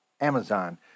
Amazon